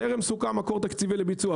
טרם סוכם מקור תקציבי לביצוע,